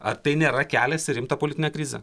ar tai nėra kelias į rimtą politinę krizę